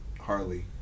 Harley